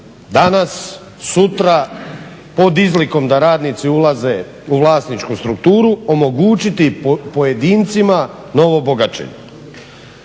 danas, sutra pod izlikom da radnici ulaze u vlasničku strukturu omogućiti pojedincima novo bogaćenje.